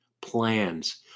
plans